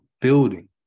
building